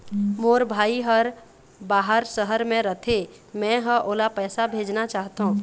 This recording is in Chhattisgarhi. मोर भाई हर बाहर शहर में रथे, मै ह ओला पैसा भेजना चाहथों